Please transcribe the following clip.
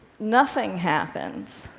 nothing happens.